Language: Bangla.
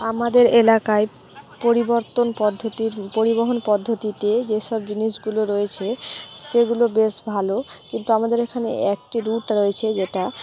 আমাদের এলাকায় পরিবর্তন পদ্ধতির পরিবহন পদ্ধতিতে যেসব জিনিসগুলো রয়েছে সেগুলো বেশ ভালো কিন্তু আমাদের এখানে একটি রুট রয়েছে যেটা